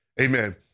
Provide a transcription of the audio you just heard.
Amen